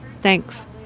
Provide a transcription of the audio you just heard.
thanks